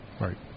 right